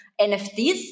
NFTs